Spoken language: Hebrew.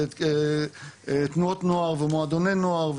ותנועות נוער ומועדוני נוער,